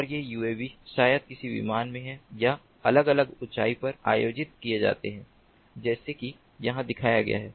और ये यूएवी शायद किसी विमान में हैं या अलग अलग ऊंचाई पर आयोजित किए जाते हैं जैसे कि यहां दिखाया गया है